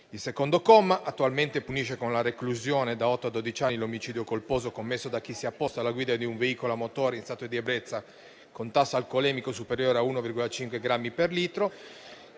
Il secondo comma attualmente punisce con la reclusione da otto a dodici anni l'omicidio colposo commesso da chi si apposta alla guida di un veicolo a motore in stato di ebbrezza con tasso alcolemico superiore a 1,5 grammi per litro,